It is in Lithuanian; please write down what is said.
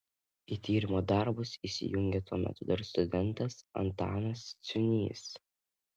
į tyrimo darbus įsijungė tuo metu dar studentas antanas ciūnys